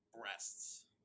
breasts